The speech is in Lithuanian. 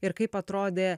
ir kaip atrodė